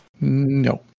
No